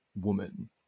woman